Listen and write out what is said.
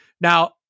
Now